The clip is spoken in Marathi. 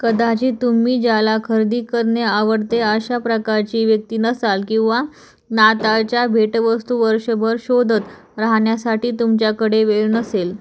कदाचित तुम्ही ज्याला खरेदी करणे आवडते अशा प्रकारची व्यक्ती नसाल किंवा नाताळच्या भेटवस्तू वर्षभर शोधत राहण्यासाठी तुमच्याकडे वेळ नसेल